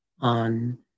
on